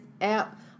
app